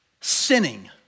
sinning